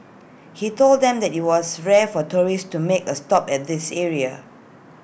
he told them that IT was rare for tourists to make A stop at this area